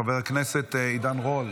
חבר הכנסת עידן רול,